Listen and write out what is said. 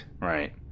Right